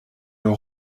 leur